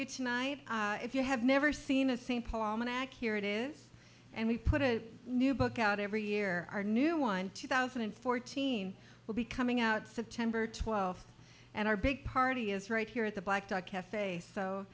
you tonight if you have never seen a st paul mn act here it is and we put a new book out every year our new one two thousand and fourteen will be coming out september twelfth and our big party is right here at the black dock cafe so